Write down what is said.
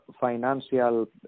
financial